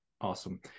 Awesome